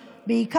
אבל,